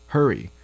Hurry